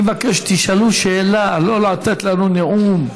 מבקש שתשאלו שאלה, לא לתת לנו נאום.